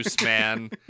man